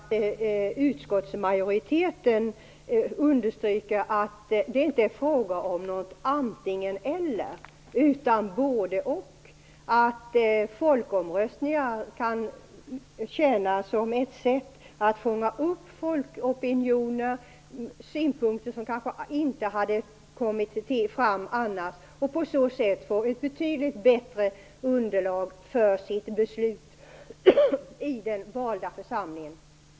Herr talman! Utskottsmajoriteten understryker att det inte är fråga om någonting antingen-eller utan om både-och. Folkomröstningar kan tjäna som ett sätt att fånga upp folkopinioner, synpunkter som annars kanske inte hade kommit fram. På så sätt får man ett betydligt bättre underlag för beslut i den valda församlingen.